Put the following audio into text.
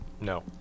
no